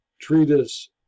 treatise